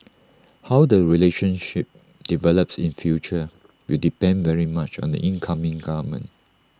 how the relationship develops in future will depend very much on the incoming government